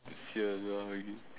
[sial] lah